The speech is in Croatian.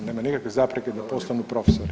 Nema nikakve zapreke da postanu profesori.